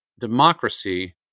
democracy